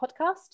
podcast